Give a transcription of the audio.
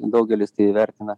daugelis tai įvertina